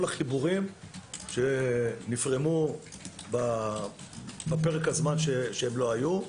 החיבורים שנפרמו בפרק הזמן שהם לא היו.